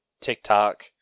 TikTok